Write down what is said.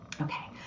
Okay